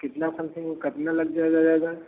कितना समथींग वह कटने लग जाएगा दादा